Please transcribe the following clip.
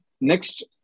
Next